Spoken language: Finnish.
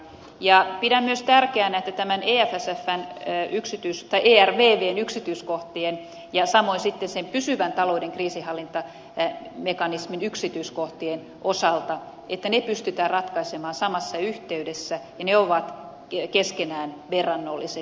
pidän myös tärkeänä ervvn yksityiskohtien ja samoin sen pysyvän talouden kriisinhallintamekanismin yksityiskohtien osalta että ne pystytään ratkaisemaan samassa yhteydessä ja ne ovat keskenään verrannolliset